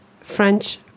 French